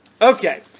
Okay